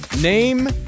Name